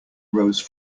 rose